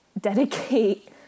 dedicate